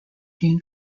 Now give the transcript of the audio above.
gene